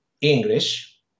English